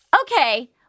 Okay